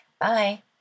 Bye